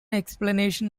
explanation